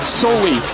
solely